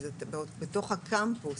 בתוך הקמפוס,